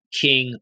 king